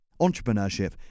entrepreneurship